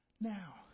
Now